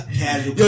casual